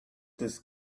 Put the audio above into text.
this